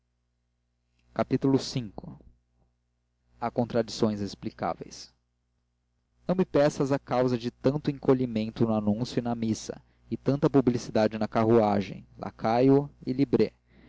menos v há contradições explicáveis não me peças a causa de tanto encolhimento no anúncio e na missa e tanta publicidade na carruagem lacaio e libré